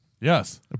Yes